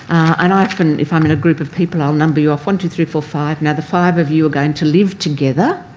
and often if i'm in a group of people, i will number you off one, two, three, four, five. now, the five of you are going to live together.